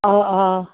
অঁ অঁ